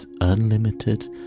unlimited